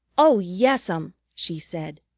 oh, yes'm, she said.